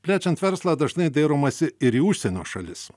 plečiant verslą dažnai dairomasi ir į užsienio šalis